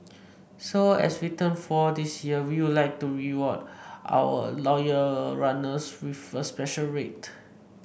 so as we turn four this year we would like to reward our loyal runners with a special rate